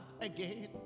again